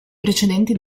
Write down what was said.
precedenti